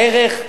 הערך הזה,